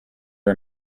are